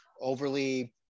overly